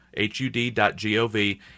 hud.gov